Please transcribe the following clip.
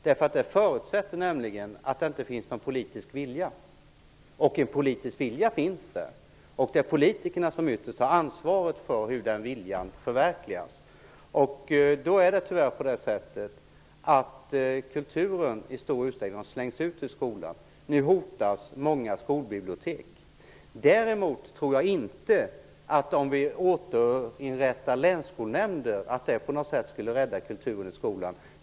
Det förutsätter nämligen att det inte finns någon politisk vilja. Det är ytterst politikerna som har ansvaret för hur den politiska viljan förverkligas. Tyvärr har kulturen i stor utsträckning slängts ut ur skolorna. Nu hotas många skolbibliotek. Däremot tror jag inte att ett återinrättande av länsskolnämnderna på något sätt skulle rädda kulturen i skolan.